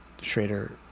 Schrader